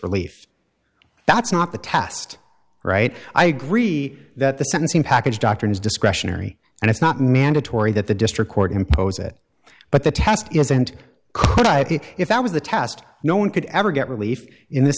relief that's not the test right i agree that the sentencing package doctrine is discretionary and it's not mandatory that the district court impose it but the test isn't if that was the test no one could ever get relief in th